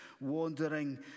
wandering